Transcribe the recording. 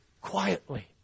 Quietly